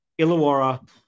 Illawarra